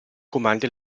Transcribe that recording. comandi